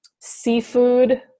seafood